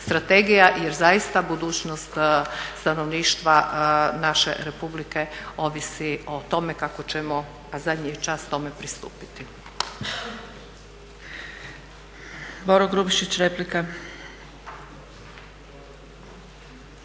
jer zaista budućnost stanovništva naše Republike ovisi o tome kako ćemo, a zadnji je čas, tome pristupiti.